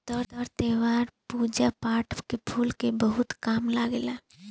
तर त्यौहार, पूजा पाठ में फूल के बहुत काम लागेला